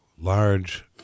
Large